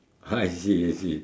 ha I see I see